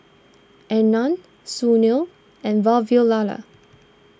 Anand Sunil and Vavilala